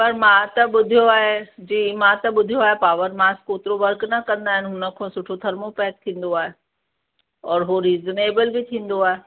पर मां त ॿुधियो आहे जी मां त ॿुधियो आहे पावर मास्क सुठो वर्क न कंदा आहिनि हुन खां सुठो थर्मो पैक थींदो आहे और उहो रीजनेबिल बि थींदो आहे